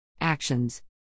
Actions